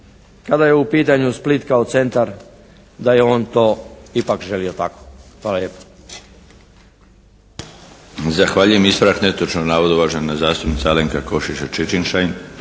kada je u pitanju Split kao centar, da je on to ipak želio tako. Hvala lijepa.